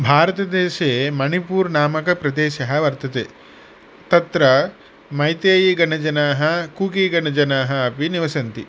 भारतदेशे मणिपुर् नामक प्रदेशः वर्तते तत्र मैतैगणजनाः कूकिगणजनाः अपि निवसन्ति